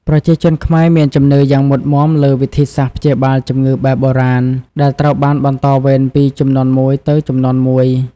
ប្រជាជនខ្មែរមានជំនឿយ៉ាងមុតមាំលើវិធីសាស្ត្រព្យាបាលជំងឺបែបបុរាណ ដែលត្រូវបានបន្តវេនពីជំនាន់មួយទៅជំនាន់មួយ។